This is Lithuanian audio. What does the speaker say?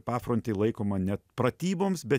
pafrontėj laikoma net pratyboms bet